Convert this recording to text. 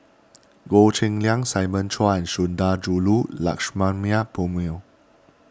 Goh Cheng Liang Simon Chua and Sundarajulu Lakshmana Perumal